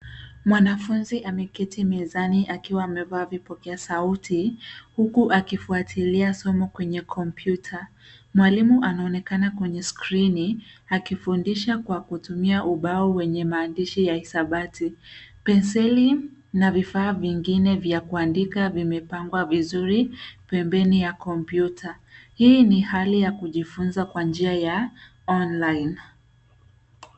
Mwanafunzi ameketi mezani akiwa amevaa vipokea sauti, huku akifuatilia somo kwenye kompyuta. Mwalimu anaonekana kwenye skrini akifundisha kwa kutumia ubao wenye maandishi ya hisabati. Penseli na vifaa vingine vya kuandika vimepangwa vizuri pembeni ya kompyuta. Hii ni hali ya kujifunza kwa njia ya online .